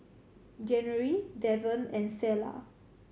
January Devan and Selah